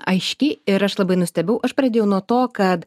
aiški ir aš labai nustebau aš pradėjau nuo to kad